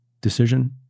decision